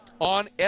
on